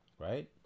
right